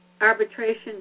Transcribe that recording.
arbitration